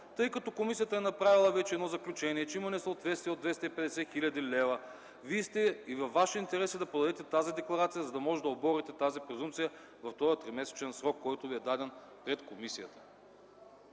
Тъй като комисията вече е направила едно заключение, че има несъответствие от 250 хил. лв., във Ваш интерес е да подадете тази декларация, за да можете да оборите тази презумпция в този тримесечен срок, който Ви е даден пред комисията.